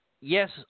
Yes